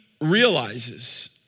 realizes